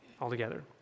altogether